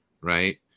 right